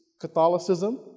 Catholicism